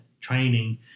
training